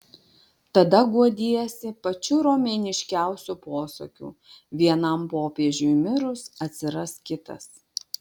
tada guodiesi pačiu romėniškiausiu posakiu vienam popiežiui mirus atsiras kitas